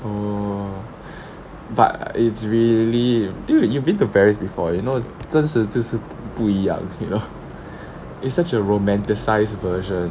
oh but it's really dude you've been to paris before you know 真实就是不一样 you know it's such a romanticized version